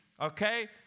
okay